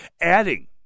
adding